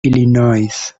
illinois